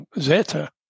Zeta